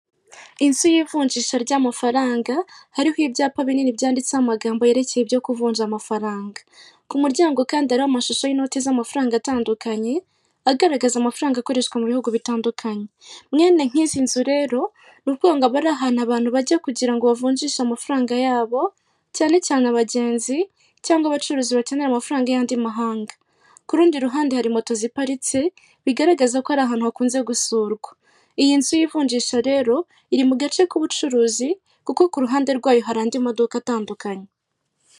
Inzu y'ivunjisha ry'amafaranga hariho ibyapa binini byanditseho amagambo yerekeye byo kuvunja amafaranga .Ku muryango kandi hariho amashusho y'inoti z'amafaranga atandukanye ,agaragaza amafaranga akoreshwa mu bihugu bitandukanye .Mwene nk'izi nzu rero nukuvuga ngo abari ahantu abantu bajya kugira bavunjishe amafaranga yabo cyane cyane abagenzi cyangwa abacuruzi bakeneyera amafaranga y'andi mahanga .Kurundi ruhande hari moto ziparitse bigaragaza ko ari ahantu hakunze gusurwa. Iyi nzu y'ivunjisha rero iri mu gace k'ubucuruzi kuko ku ruhande rwayo hari andi maduka atandukanye.